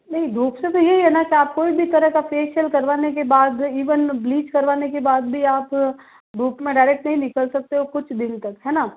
नहीं धूप से तो यही है न कि आप कोई भी तरह का फेशियल कारवाने के बाद इवन ब्लीच करवाने के बाद भी आप धूप में डायरेक्ट नहीं निकल सकते हो कुछ दिन तक है न